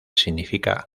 significa